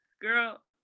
girl